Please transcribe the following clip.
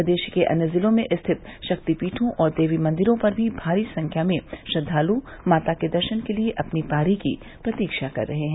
प्रदेश के अन्य जिलों में स्थित शक्तिपीठों और देवी मंदिरों पर भी भारी संख्या में श्रद्वालु माता के दर्शन के लिए अपनी बारी की प्रतीक्षा कर रहे हैं